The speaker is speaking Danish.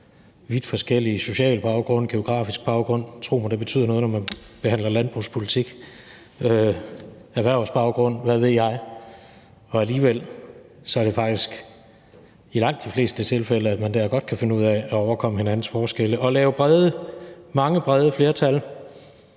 vidt forskellig social baggrund og geografisk baggrund – tro mig, det betyder noget, når man behandler landbrugspolitik – erhvervsbaggrund, og hvad ved jeg, og alligevel er det faktisk i langt de fleste tilfælde, at man der godt kan finde ud af at overkomme hinandens forskelle og lave mange brede flertal